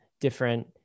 different